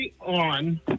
on